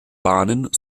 bahnen